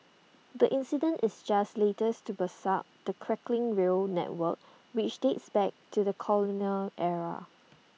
the incident is just latest to beset the creaking rail network which dates back to the colonial era